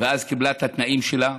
ואז היא קיבלה את התנאים שלה,